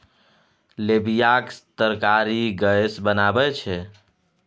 लोबियाक तरकारी गैस बनाबै छै